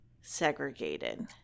segregated